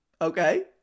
okay